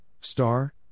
star